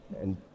and-